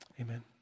Amen